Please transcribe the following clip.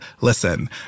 listen